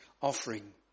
offering